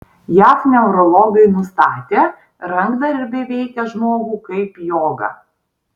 jav neurologai nustatė rankdarbiai veikia žmogų kaip joga